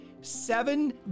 seven